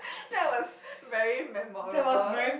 that was very memorable